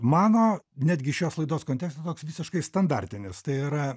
mano netgi šios laidos kontekste toks visiškai standartinis tai yra